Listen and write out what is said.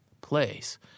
place